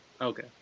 Okay